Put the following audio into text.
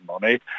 money